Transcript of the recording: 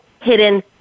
hidden